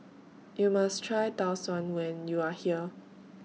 YOU must Try Tau Suan when YOU Are here